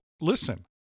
listen